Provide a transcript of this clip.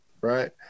right